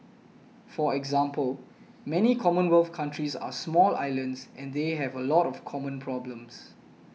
for example many commonwealth countries are small islands and they have a lot of common problems